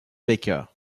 baker